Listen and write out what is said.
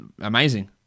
amazing